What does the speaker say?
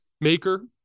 maker